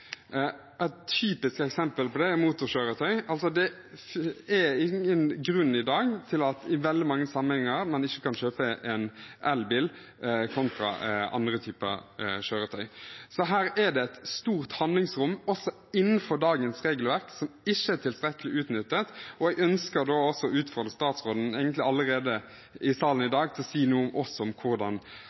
Et typisk eksempel på det er motorkjøretøy. Det er ingen grunn i dag til at man ikke i veldig mange sammenhenger kan kjøpe en elbil kontra andre typer kjøretøy. Her er det et stort handlingsrom også innenfor dagens regelverk som ikke er tilstrekkelig utnyttet. Jeg ønsker da også å utfordre statsråden egentlig allerede i salen i dag til å si noe om